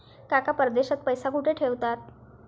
काका परदेशात पैसा कुठे ठेवतात?